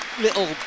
little